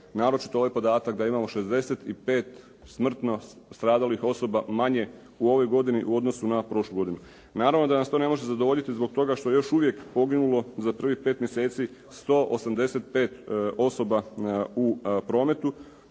naročito ovaj podatak da imamo 65 smrtno stradalih osoba manje u ovoj godini u odnosu na prošlu godinu. Naravno da nas to ne može zadovoljiti zbog toga što je još uvijek poginulo za prvih 5 mjeseci 185 osoba u prometu